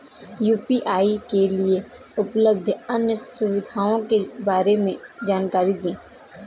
UPI के लिए उपलब्ध अन्य सुविधाओं के बारे में जानकारी दें?